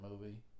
movie